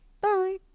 Bye